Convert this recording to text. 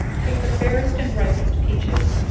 take the fairest and ripest peaches,